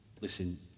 listen